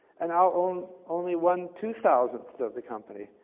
and i'll own only one two thousand of the company.